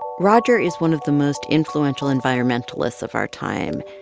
roger is one of the most influential environmentalists of our time,